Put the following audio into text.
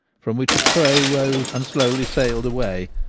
from which a crow rose and slowly sailed away,